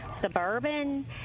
Suburban